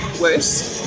worse